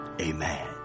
Amen